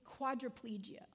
quadriplegia